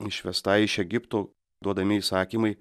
išvestai iš egipto duodami įsakymai